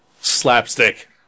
Slapstick